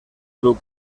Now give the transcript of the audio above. club